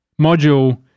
Module